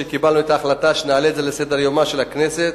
כשקיבלנו את ההחלטה שנעלה את זה על סדר-יומה של הכנסת.